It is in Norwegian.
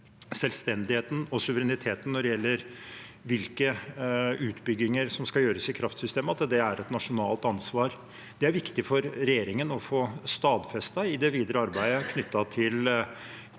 selvstendigheten og suvereniteten når det gjelder hvilke utbygginger som skal gjøres i kraftsystemet, er et nasjonalt ansvar. Det er viktig for regjeringen å få stadfestet det i det videre arbeidet knyttet til